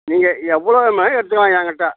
நீங்கள் எவ்வளோன்னாலும் எடுத்துக்கலாம் ஏன்கிட்டே